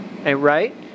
Right